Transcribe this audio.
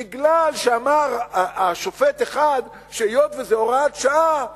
בגלל שופט אחד שאמר שהיות שזאת הוראת שעה,